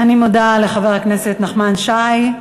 אני מודה לחבר הכנסת נחמן שי.